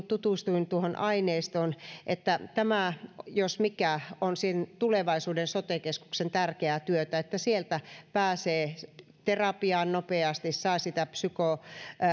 tutustuin tuohon aineistoon niin ajattelin että tämä jos mikä on sen tulevaisuuden sote keskuksen tärkeää työtä että sieltä pääsee terapiaan nopeasti ja saa